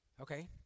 Okay